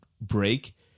break